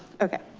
okay.